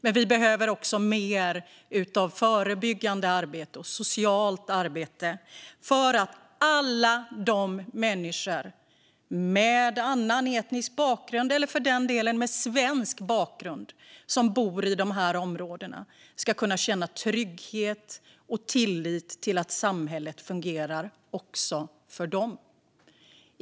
Men vi behöver också mer av förebyggande arbete och socialt arbete för att alla de människor med annan etnisk bakgrund, eller för den delen med svensk bakgrund, som bor i dessa områden ska kunna känna trygghet och tillit till att samhället fungerar också för dem.